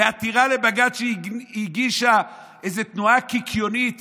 בעתירה לבג"ץ שהגישה איזו תנועה קיקיונית